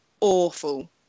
awful